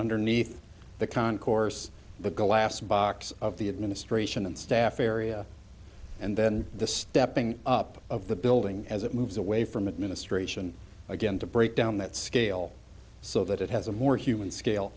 underneath the concourse the glass box of the administration and staff area and then the stepping up of the building as it moves away from administration again to break down that scale so that it has a more human scale